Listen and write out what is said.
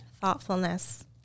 Thoughtfulness